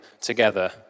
together